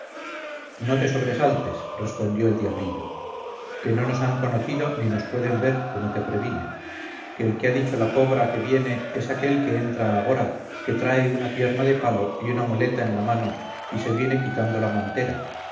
no te sobresaltes respondió el diablillo que no nos han conocido ni nos pueden ver como te previne que el que ha dicho la pobra que viene es aquel que entra agora que trae una pierna de palo y una muleta en la mano y se viene quitando la montera